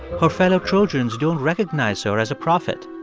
her fellow trojans don't recognize her as a prophet,